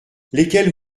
lesquelles